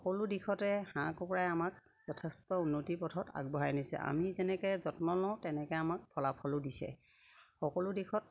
সকলো দিশতে হাঁহ কুকুৰাই আমাক যথেষ্ট উন্নতি পথত আগবঢ়াই নিছে আমি যেনেকে যত্ন লওঁ তেনেকে আমাক ফলাফলো দিছে সকলো দিশত